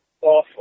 awful